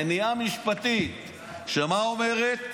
מניעה משפטית, שמה אומרת?